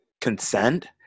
consent